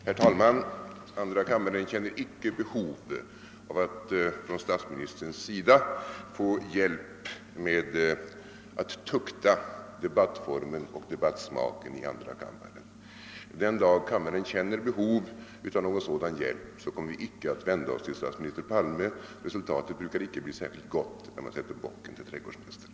Herr talman! Andra kammaren känner icke behov av att av statsministern få hjälp med att tukta debattformen och debattsmaken i kammaren. Den dag kammaren känner behov av sådan hjälp kommer den icke att vända sig till statsminister Palme — resultatet brukar inte bli särskilt gott när man sätter bocken till trädgårdsmästare.